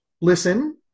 listen